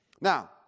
Now